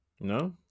No